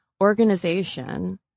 organization